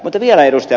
mutta vielä ed